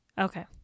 Okay